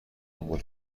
دنبال